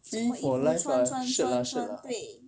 free for life ah shirt ah shirt ah